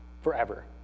forever